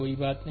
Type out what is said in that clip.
कोई बात नहीं